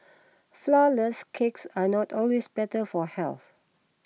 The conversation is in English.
Flourless Cakes are not always better for health